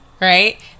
Right